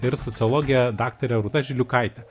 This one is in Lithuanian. ir sociologe daktare rūta žiliukaite